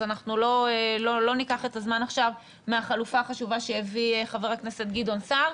אנחנו לא ניקח את הזמן עכשיו מהחלופה החשובה שהביא חבר הכנסת גדעון סער.